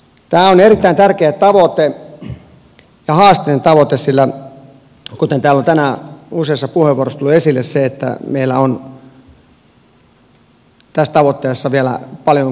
tämä on erittäin tärkeä tavoite ja haasteellinen tavoite kuten täällä on tänään useassa puheenvuorossa tullut esille se että meillä on tässä tavoitteessa vielä paljon kuromisen varaa